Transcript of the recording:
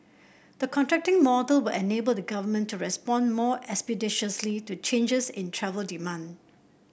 the contracting model will enable the Government to respond more expeditiously to changes in travel demand